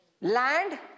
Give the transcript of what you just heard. Land